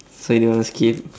so do you wanna skip